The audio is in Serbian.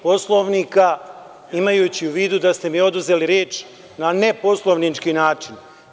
Poslovnika, imajući u vidu da ste mi oduzeli reč na neposlovnički način.